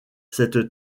cette